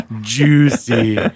Juicy